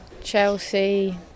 Chelsea